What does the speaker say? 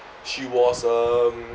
she was um